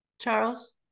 Charles